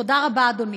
תודה רבה, אדוני.